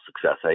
success